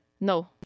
No